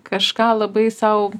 kažką labai sau